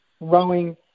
rowing